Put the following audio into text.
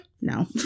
No